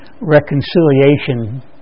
Reconciliation